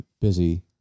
busy